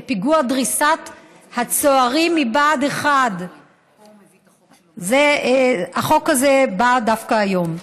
שנה לפיגוע דריסת הצוערים מבה"ד 1. החוק הזה בא דווקא היום.